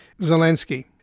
Zelensky